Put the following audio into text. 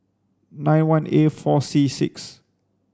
nine one A four C six